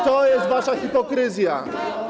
To jest wasza hipokryzja.